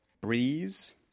breeze